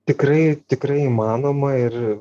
tikrai tikrai įmanoma ir